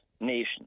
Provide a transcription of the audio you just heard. nation